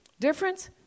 Difference